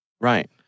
Right